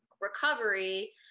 recovery